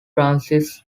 transit